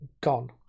Gone